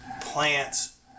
plants